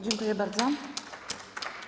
Dziękuję bardzo.